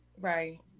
Right